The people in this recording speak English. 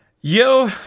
Yo